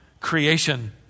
creation